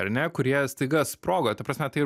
ar ne kurie staiga sprogo ta prasme tai